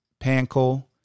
Panko